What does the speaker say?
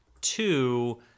two